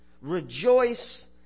Rejoice